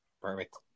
Perfect